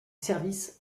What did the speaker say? services